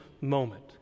moment